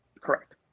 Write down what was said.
Correct